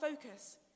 focus